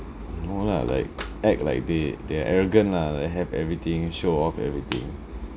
no lah like act like they they are arrogant lah like have everything show off everything